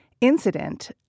incident